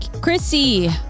Chrissy